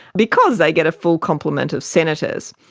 because they get a full complement of senators.